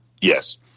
Yes